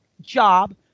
job